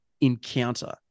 encounter